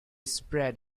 spread